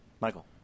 Michael